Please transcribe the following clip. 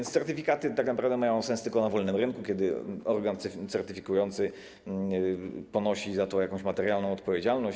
Certyfikaty tak naprawdę mają sens tylko na wolnym rynku, kiedy organ certyfikujący ponosi za to jakąś materialną odpowiedzialność.